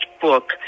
book